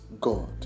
God